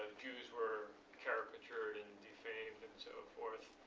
jews were caricatured and defamed and so forth,